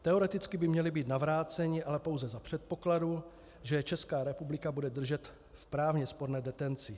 Teoreticky by měli být navráceni, ale pouze za předpokladu, že je Česká republika bude držet v právně sporné detenci.